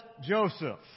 Joseph